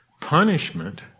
punishment